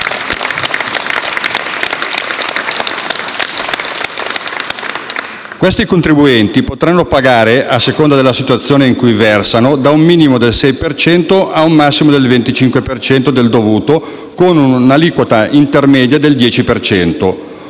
Questi contribuenti potranno pagare, a seconda della situazione in cui versano, da un minimo del 6 per cento ad un massimo del 25 per cento del dovuto, con un'aliquota intermedia del 10